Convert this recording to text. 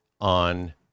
on